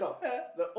yeah